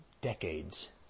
decades